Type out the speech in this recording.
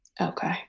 Okay